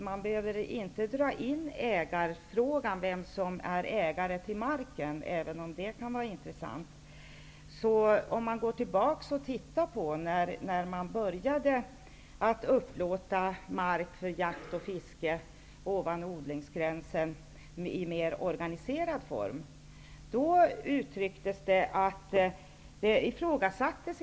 Man behöver inte ta upp vem som är markägare, även om det kan vara nog så intressant, men vid en tillbakablick på hur det var när man i mer organiserad form började upplåta mark för jakt och fiske ovan odlingsgränsen visar det sig att samernas upplåtelserätt aldrig ifrågasattes.